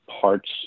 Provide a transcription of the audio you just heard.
parts